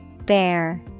Bear